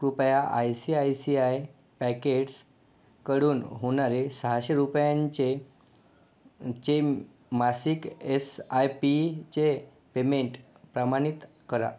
कृपया I C I C I पॅकेट्सकडून होणारे सहाशे रुपयांचे चे मासिक एस आय पीचे पेमेंट प्रामाणित करा